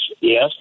yes